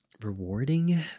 rewarding